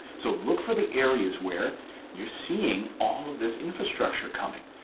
so look for the areas where you're seeing all this infrastructure coming.